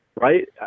right